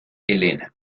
helena